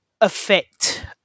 affect